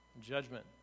Judgment